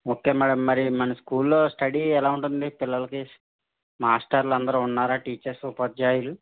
okay madam మరి మన స్కూల్లో స్టడీ ఎలా ఉంటుంది పిల్లలకి మాస్టర్లు అందరు ఉన్నారా టీచర్స్ ఉపాధ్యాయులు